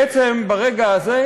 בעצם, מרגע זה